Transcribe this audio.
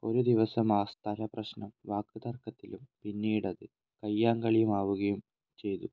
ഒരു ദിവസം ആ സ്ഥലപ്രശ്നം വാക്ക് തർക്കത്തിലും പിന്നീടത് കയ്യാങ്കളിയാവുകയും ചെയ്തു